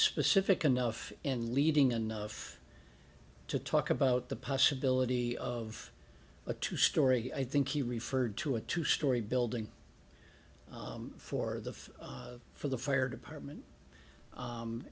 specific enough in leading enough to talk about the possibility of a two story i think he referred to a two story building for the for the fire department